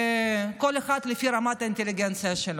כל אחד לפי רמת האינטליגנציה שלו.